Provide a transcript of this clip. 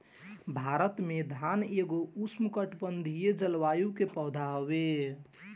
भारत में धान एगो उष्णकटिबंधीय जलवायु के पौधा हवे